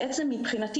מבחינתי,